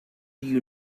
you